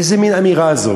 איזה מין אמירה זאת?